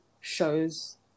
shows